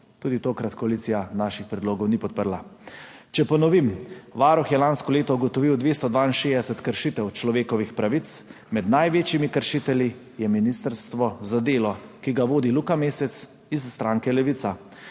Tudi tokrat koalicija naših predlogov ni podprla. Če ponovim, Varuh je lansko leto ugotovil 262 kršitev človekovih pravic, med največjimi kršitelji je Ministrstvo za delo, ki ga vodi Luka Mesec iz stranke Levica.